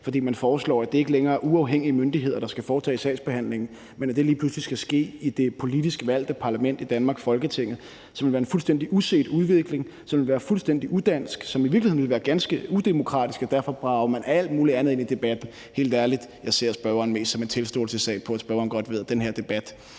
fordi man foreslår, at det ikke længere er uafhængige myndigheder, der skal foretage sagsbehandlingen, men at det lige pludselig skal ske i det politisk valgte parlament i Danmark, Folketinget. Det vil være en fuldstændig uset udvikling, som vil være fuldstændig udansk, og som i virkeligheden vil være ganske udemokratisk, og derfor drager man alt muligt andet ind i debatten. Helt ærligt, jeg ser det mest som en tilståelsessag, hvor spørgeren godt ved, at den her debat